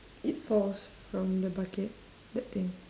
it falls from the bucket that thing